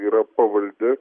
yra pavaldi